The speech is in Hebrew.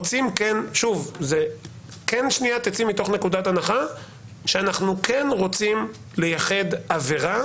צאי מתוך נקודת הנחה שאנחנו כן רוצים לייחד עבירה